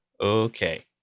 okay